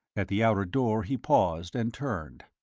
at the outer door he paused and turned.